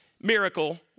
miracle